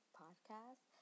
podcast